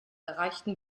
erreichten